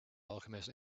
alchemist